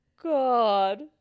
God